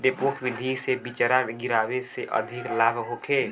डेपोक विधि से बिचरा गिरावे से अधिक लाभ होखे?